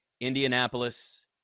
Indianapolis